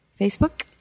Facebook